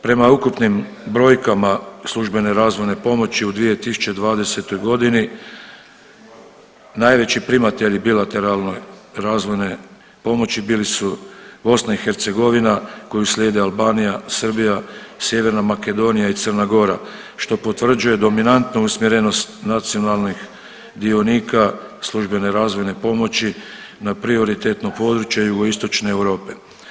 Prema ukupnim brojkama službene razvojne pomoći u 2020. godini najveći primatelji bilateralne razvojne pomoći bili su BiH koju slijede Albanija, Srbija, Sjeverna Makedonija i Crna Gora što potvrđuje dominantnu usmjerenost nacionalnih dionika službene razmjene pomoći na prioritetno područje jugoistočne Europe.